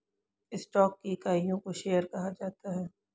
stock की इकाइयों को शेयर कहा जाता है